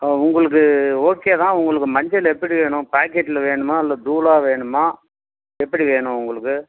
ஆ உங்களுக்கு ஓகே தான் உங்களுக்கு மஞ்சள் எப்படி வேணும் பாக்கெட்டில் வேணுமா இல்லை தூளா வேணுமா எப்படி வேணும் உங்களுக்கு